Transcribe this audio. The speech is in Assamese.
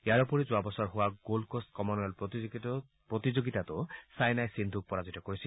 ইয়াৰোপৰি যোৱা বছৰ হোৱা গল্ডকষ্ট কমনৱেলথ প্ৰতিযোগিতাতো ছাইনাই সিন্ধুক পৰাজিত কৰিছিল